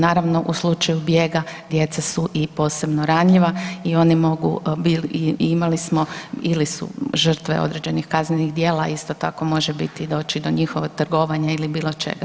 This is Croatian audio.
Naravno u slučaju bijega djeca su i posebno ranjiva i oni mogu i imali smo, bili su žrtve određenih kaznenih isto tako može biti doći do njihovog trgovanja ili bilo čega.